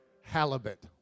Halibut